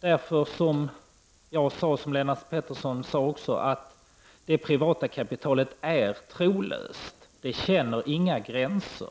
därför att det privata kapitalet är trolöst och inte känner några gränser.